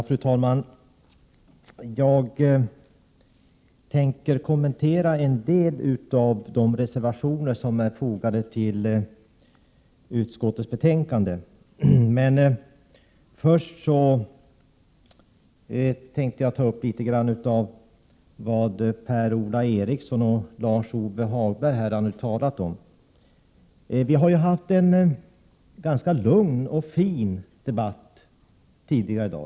Fru talman! Jag tänker kommentera en del av de reservationer som är fogade till utskottets betänkande. Först vill jag emellertid ta upp litet av vad Per-Ola Eriksson och Lars-Ove Hagberg här har talat om. Vi har haft en ganska lugn och fin debatt tidigare i dag.